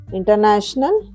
international